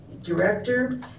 director